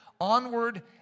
onward